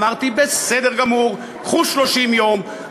אמרתי: בסדר גמור, קחו 30 יום.